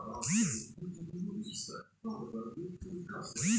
অনেক বড় ধরনের একটা বীমা ব্যবস্থা হচ্ছে ক্যাজুয়ালটি বীমা